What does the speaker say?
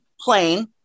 plain